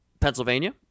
Pennsylvania